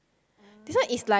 this one is like